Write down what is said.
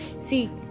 see